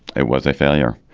it was a failure.